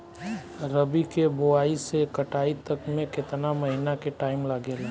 रबी के बोआइ से कटाई तक मे केतना महिना के टाइम लागेला?